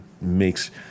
makes